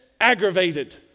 aggravated